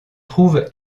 trouve